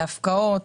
להפקעות,